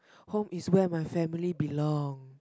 home is where my family belong